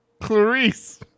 Clarice